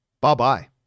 bye-bye